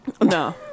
No